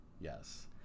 Yes